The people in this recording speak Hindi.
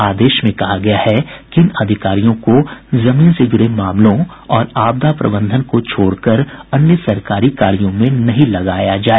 आदेश में कहा गया है कि इन अधिकारियों को जमीन से जुड़े मामलों और आपदा प्रबंधन को छोड़कर अन्य सरकारी कार्यों में नहीं लगाया जाए